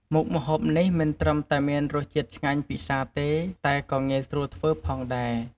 មុខម្ហូបនេះមិនត្រឹមតែមានរសជាតិឆ្ងាញ់ពិសាទេ តែក៏ងាយស្រួលធ្វើផងដែរ។